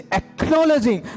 acknowledging